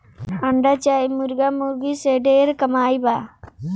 अंडा चाहे मुर्गा मुर्गी से ढेर कमाई बा